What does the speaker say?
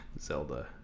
Zelda